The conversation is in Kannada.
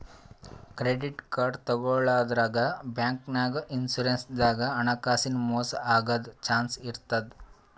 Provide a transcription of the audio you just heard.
ಕ್ರೆಡಿಟ್ ಕಾರ್ಡ್ ತಗೋಳಾದ್ರಾಗ್, ಬ್ಯಾಂಕ್ನಾಗ್, ಇನ್ಶೂರೆನ್ಸ್ ದಾಗ್ ಹಣಕಾಸಿನ್ ಮೋಸ್ ಆಗದ್ ಚಾನ್ಸ್ ಇರ್ತದ್